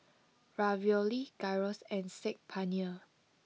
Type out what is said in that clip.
Ravioli Gyros and Saag Paneer